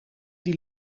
die